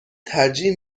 ترجیح